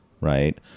right